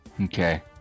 Okay